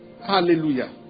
Hallelujah